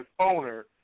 owner